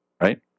right